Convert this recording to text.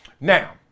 Now